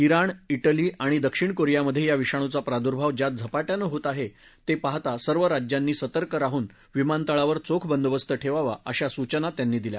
ओण डिली आणि दक्षिण कोरियामधे या विषाणुचा प्रादुर्भाव ज्या झपाट्यानं होत आहे ते पाहता सर्व राज्यांनी सतर्क राहून विमानतळावर चोख बंदोबस्त ठेवावा अशा सूचना त्यांनी दिल्या